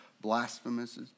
blasphemous